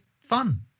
fun